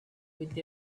with